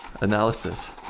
Analysis